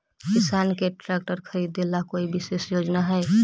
किसान के ट्रैक्टर खरीदे ला कोई विशेष योजना हई?